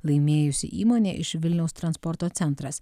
laimėjusi įmonė iš vilniaus transporto centras